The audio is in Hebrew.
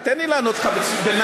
תן לי לענות לך בנחת.